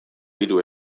hiru